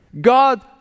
God